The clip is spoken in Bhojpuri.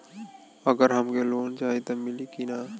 अगर हमके लोन चाही त मिली की ना?